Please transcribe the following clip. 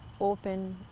open,